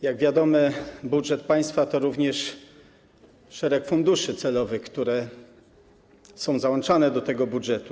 Jak wiadomo, budżet państwa obejmuje również szereg funduszy celowych, które są załączane do tego budżetu.